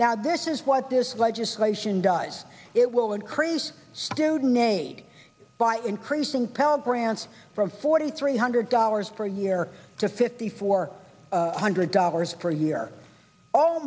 now this is what this legislation does it will increase student aid by increasing pell grants from forty three hundred dollars per year to fifty four hundred dollars per year